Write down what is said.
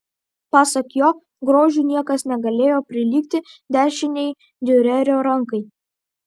pasak jo grožiu niekas negalėjo prilygti dešinei diurerio rankai